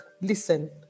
listen